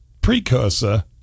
precursor